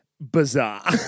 bizarre